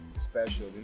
special